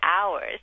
hours